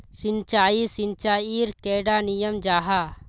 सिंचाई सिंचाईर कैडा नियम जाहा?